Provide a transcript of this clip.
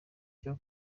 cyo